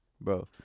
bro